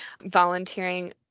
volunteering